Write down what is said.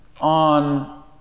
on